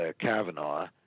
Kavanaugh